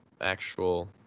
actual